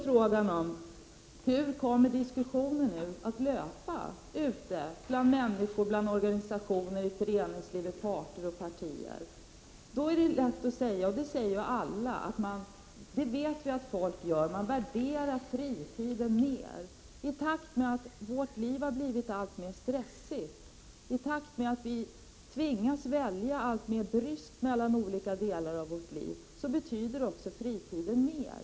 Frågan är nu hur diskussionen kommer att löpa ute bland människor, bland organisationer, i föreningslivet och bland parter och partier. Det är då lätt att säga — och det vet vi att alla gör — att man värderar fritiden mera. I takt med att vårt liv har blivit alltmer stressigt och vi tvingas välja allt mer bryskt mellan olika delar av vårt liv betyder också fritiden mer.